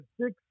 six